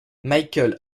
michael